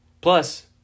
Plus